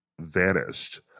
vanished